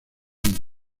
andes